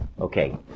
Okay